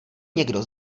někdo